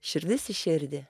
širdis į širdį